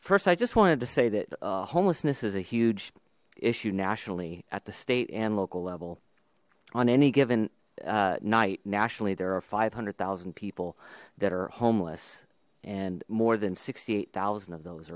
first i just wanted to say that homelessness is a huge issue nationally at the state and local level on any given night nationally there are five hundred thousand people that are homeless and more than sixty eight thousand of those